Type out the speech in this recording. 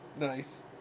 nice